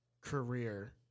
career